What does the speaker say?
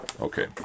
Okay